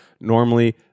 normally